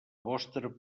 vostra